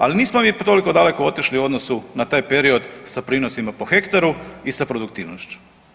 Ali nismo mi toliko daleko otišli u odnosu na taj period sa prinosima po hektaru i sa produktivnošću.